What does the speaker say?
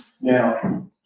Now